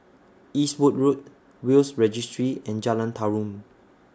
Eastwood Road Will's Registry and Jalan Tarum